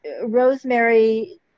Rosemary